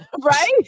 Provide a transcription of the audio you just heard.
Right